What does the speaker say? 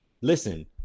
Listen